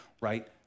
right